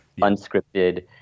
unscripted